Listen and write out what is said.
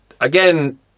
again